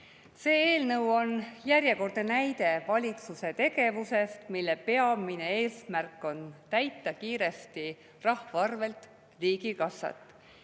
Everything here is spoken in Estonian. See eelnõu on järjekordne näide valitsuse tegevusest, mille peamine eesmärk on rahva arvel kiiresti täita riigikassat.